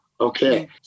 okay